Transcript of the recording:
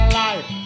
life